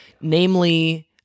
Namely